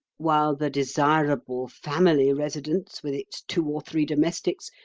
while the desirable family residence, with its two or three domestics,